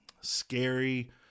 scary